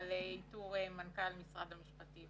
על איתור מנכ"ל משרד המשפטים.